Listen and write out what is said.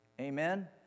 Amen